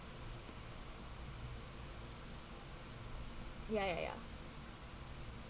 ya ya ya